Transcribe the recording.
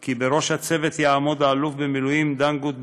כי בראש הצוות יעמוד האלוף במילואים דנגוט,